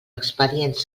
expedients